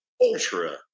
ultra